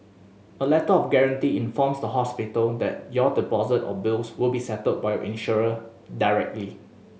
a Letter of Guarantee informs the hospital that your deposit or bills will be settled by your insurer directly